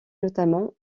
notamment